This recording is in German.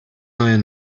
neue